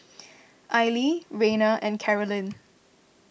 Aili Reina and Karolyn